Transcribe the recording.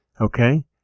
okay